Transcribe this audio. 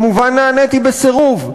כמובן נעניתי בסירוב,